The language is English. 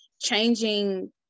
changing